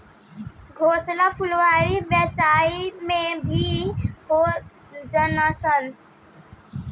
घोंघा फुलवारी बगइचा में भी हो जालनसन